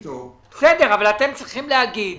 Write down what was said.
אתם צריכים להגיד